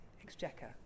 exchequer